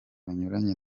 banyuranye